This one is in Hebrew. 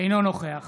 אינו נוכח